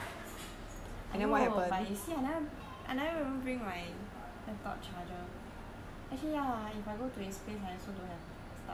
I know but you see I never I never even bring my bring my laptop charger actually ya hor if I go to his place I also don't have my stuffs to study